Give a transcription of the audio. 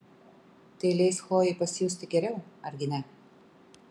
tai leis chlojei pasijusti geriau argi ne